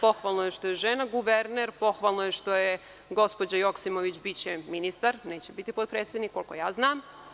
Pohvalno je što je žena guverner, pohvalno je što će gospođa Joksimović biti ministar, neće biti potpredsednik, koliko ja znam.